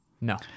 No